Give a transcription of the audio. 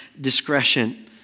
discretion